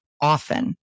often